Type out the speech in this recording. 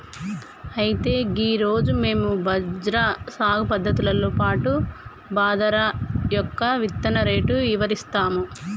అయితే గీ రోజు మేము బజ్రా సాగు పద్ధతులతో పాటు బాదరా యొక్క ఇత్తన రేటు ఇవరిస్తాము